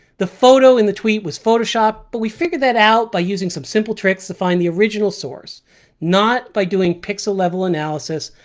the photo in the tweet was photoshopped, but we figured that out by using some simple tricks to find the original source not by doing pixel-level analysis,